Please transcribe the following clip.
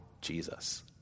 Jesus